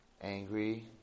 Angry